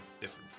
different